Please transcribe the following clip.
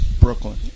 brooklyn